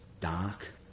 dark